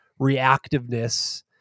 reactiveness